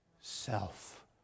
Self